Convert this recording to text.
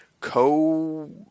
co-